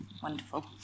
wonderful